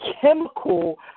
chemical